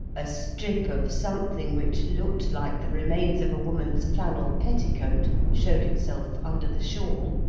a strip of something which looked like the remains of a woman's flannel petticoat, showed itself under the shawl,